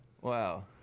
Wow